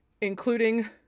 including